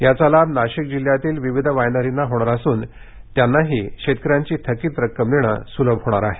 याचा लाभ नाशिक जिल्ह्यातील विविध वायनरींना होणार असून त्यांनाही शेतकऱ्यांची थकीत रक्कम देणं सुलभ होणार आहे